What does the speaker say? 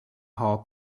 hall